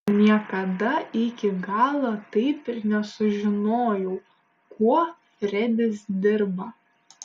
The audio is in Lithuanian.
niekada iki galo taip ir nesužinojau kuo fredis dirba